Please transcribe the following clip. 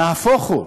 נהפוך הוא.